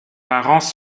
parents